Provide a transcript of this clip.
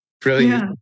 brilliant